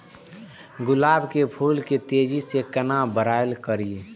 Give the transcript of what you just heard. गुलाब के फूल के तेजी से केना बड़ा करिए?